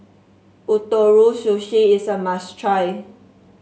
Ootoro Sushi is a must try